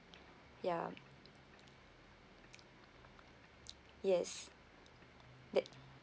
ya yes that